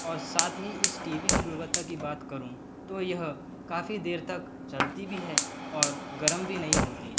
और साथ ही इस टीवी की गुणवत्ता की बात करूँ तो यह काफ़ी देर तक चलती भी है और गर्म भी नहीं होती